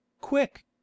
quick